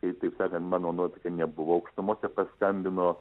kai taip sakant mano nuotaika nebuvo aukštumose paskambino